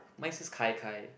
mine's just Kai Kai